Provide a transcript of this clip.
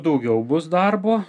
daugiau bus darbo